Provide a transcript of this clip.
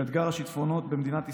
של אתגר השיטפונות במדינת ישראל,